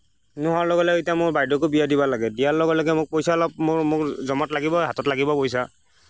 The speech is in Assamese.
নোহোৱাৰ লগে লগে এতিয়া মোৰ বাইদেউকো বিয়া দিব লাগে দিয়াৰ লগে লগে মোক পইচা অলপ মোৰ মোক জমাত লাগিব হাতত লাগিব পইচা